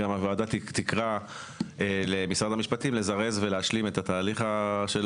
שהוועדה גם תקרא למשרד המשפטים לזרז ולהשלים את התהליך של